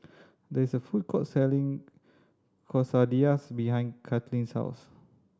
there is a food court selling Quesadillas behind Katlynn's house